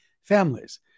families